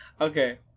Okay